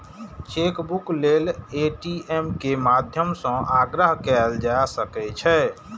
chequebook लेल ATM के माध्यम सं आग्रह कैल जा सकै छै